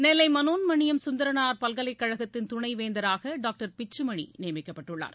நெல்லை மனோண்மணியம் சுந்தரனார் பல்கலைக்கழகத்தின் துணைவேந்தராக டாக்டர் பிச்சுமணி நியமிக்கப்பட்டுள்ளார்